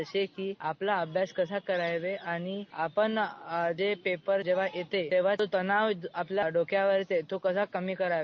जसे की आपला अभ्यास कसा करावे आणि आपण जे पेपर जवा येते तेव्हा तो तणाव आपल्या डोक्यावर येते तो कसा कमी करावा